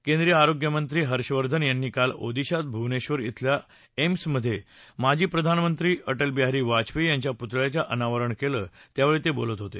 केंद्रीय आरोग्य मंत्री हर्षवर्धन यांनी काल ओदिशात भुवनेक्षर धिल्या एम्समधे माजी प्रधानमंत्री अटलबिहारी वाजपेयी यांच्या पुतळ्यांच्या अनावरण केलं त्यावेळी ते बोलत होते